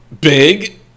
big